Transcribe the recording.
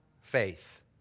faith